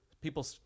people